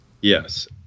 Yes